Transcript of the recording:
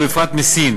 ובפרט מסין,